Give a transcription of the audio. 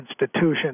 institution